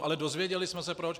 Ale dozvěděli jsme se proč.